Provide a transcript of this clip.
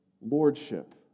lordship